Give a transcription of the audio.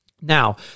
Now